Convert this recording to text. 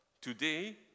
today